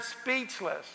speechless